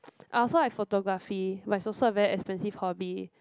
I also like photography but it's also a very expensive hobby